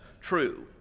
true